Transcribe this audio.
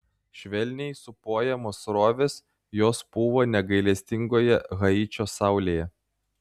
švelniai sūpuojamos srovės jos pūva negailestingoje haičio saulėje